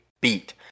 beat